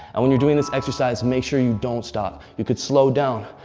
and when you're doing this exercise, make sure you don't stop. you could slow down,